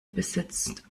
besitzt